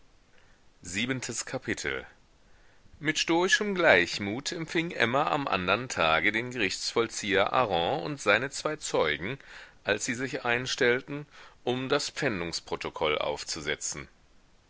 siebentes kapitel mit stoischem gleichmut empfing emma am andern tage den gerichtsvollzieher hareng und seine zwei zeugen als sie sich einstellten um das pfändungsprotokoll aufzusetzen